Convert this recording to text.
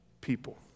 people